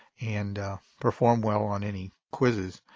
and perform well on any quizzes.